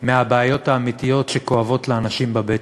מהבעיות האמיתיות שכואבות לאנשים בבטן,